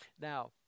Now